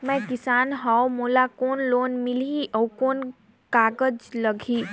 मैं किसान हव मोला कौन लोन मिलही? अउ कौन कागज लगही?